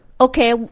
Okay